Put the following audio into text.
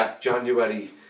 January